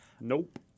Nope